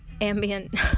ambient